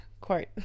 quote